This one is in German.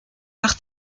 nach